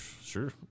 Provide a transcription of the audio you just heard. sure